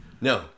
no